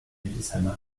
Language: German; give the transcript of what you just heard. hildesheimer